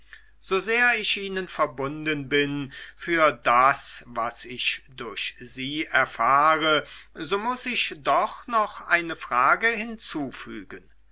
so sehr ich ihnen verbunden bin für das was ich durch sie erfahre so muß ich doch noch eine frage hinzufügen